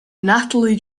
nathalie